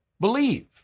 believe